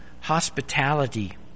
Hospitality